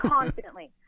Constantly